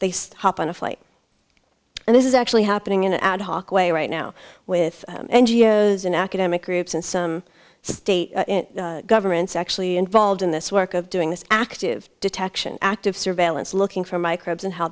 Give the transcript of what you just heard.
they stop on a flight and this is actually happening in an ad hoc way right now with ngos in academic groups and some state governments actually involved in this work of doing this active detection active surveillance looking for microbes and how